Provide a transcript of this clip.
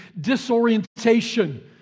disorientation